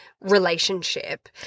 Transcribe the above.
relationship